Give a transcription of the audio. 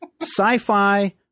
sci-fi